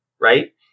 right